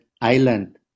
island